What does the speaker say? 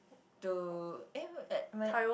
to eh wait whe~